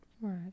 Right